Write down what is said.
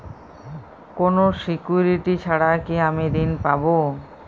কোনো সিকুরিটি ছাড়া কি আমি ঋণ পাবো?